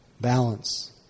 balance